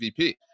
MVP